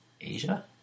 asia